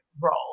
role